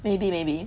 maybe maybe